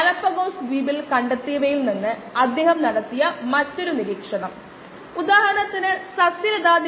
തുടർന്ന് മറ്റ് ഉറവിടങ്ങൾ സാഹിത്യം മുതലായവയിൽ നിന്ന് വിവരങ്ങൾ നേടുകയും പ്രശ്നം പരിഹരിക്കുകയും ചെയ്യുക